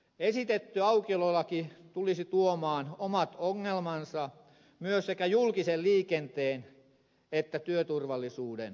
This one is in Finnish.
esitetty aukiololaki tulisi tuomaan omat ongelmansa myös sekä julkisen liikenteen että työturvallisuuden osalta